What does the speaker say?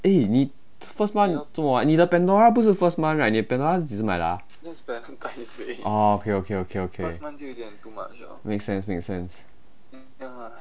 eh 你 first month 做么啊你的 pandora 不是 first month right 你的 pandora 是几时买的啊 oh okay okay okay okay makes sense make sense